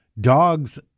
dogs